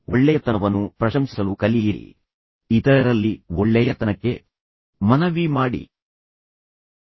ಒಳ್ಳೆಯತನವನ್ನು ಪ್ರಶಂಸಿಸಲು ಕಲಿಯಿರಿ ಒಳ್ಳೆಯವರಾಗಿರಿ ಇತರರಲ್ಲಿ ಒಳ್ಳೆಯತನವನ್ನು ನೋಡಿ ಇತರರಲ್ಲಿ ಒಳ್ಳೆಯತನಕ್ಕೆ ಮನವಿ ಮಾಡಿ